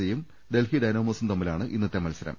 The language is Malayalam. സിയും ഡൽഹി ഡൈനാമോസും തമ്മിലാണ് ഇന്നത്തെ മത്സരം